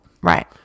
Right